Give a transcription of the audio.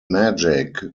magic